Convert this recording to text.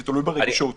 זה תלוי ברגישות.